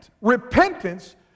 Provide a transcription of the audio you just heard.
Repentance